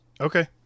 Okay